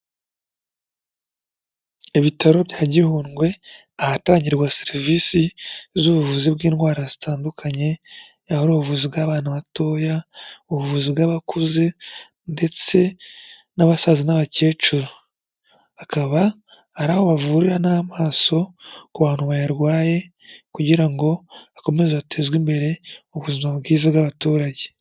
Ibitaro bya Gihundwe, ahatangirwa serivisi z'ubuvuzi bw'indwara zitandukanye, yaba ari ubuvuzi bw'abana batoya, ubuvuzi bw'abakuze ndetse n'abasaza n'abakecuru. Hakaba hari aho bavurira n'amaso ku bantu bayarwaye, kugira ngo hakomeze hatezwe imbere ubuzima bwiza bw'abaturage.